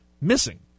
missing